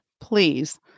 please